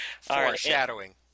Foreshadowing